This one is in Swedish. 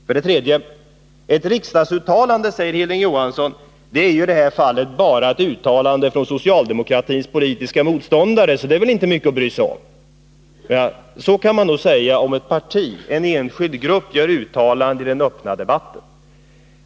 För det tredje: Ett riksdagsuttalande, säger Hilding Johansson, är i detta fall bara ett uttalande från socialdemokratins politiska motståndare, så det är inte mycket att bry sig om. Så kan man säga om ett parti eller en enskild grupp gör uttalande i den öppna debatten.